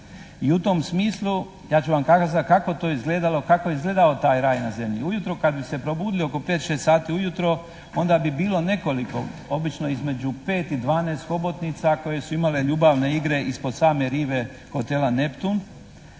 I u tom smislu ja ću vam kazati kako je to izgledalo, kako je izgledao taj raj na zemlji. Ujutro kad bi se probudili oko 5, 6 sati ujutro onda bi bilo nekoliko obično između 5 i 12 hobotnica koje su imale ljubavne igre ispod same rive "Hotela Neptun",